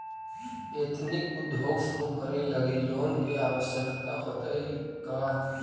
Ethnic उद्योग शुरू करे लगी लोन के आवश्यकता होतइ का?